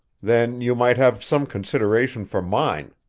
then you might have some consideration for mine,